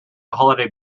holiday